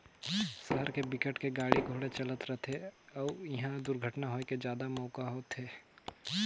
सहर के बिकट के गाड़ी घोड़ा चलत रथे अउ इहा दुरघटना होए के जादा मउका होथे